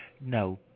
no